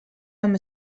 amb